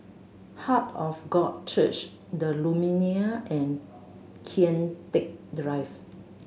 heart of God Church The Lumiere and Kian Teck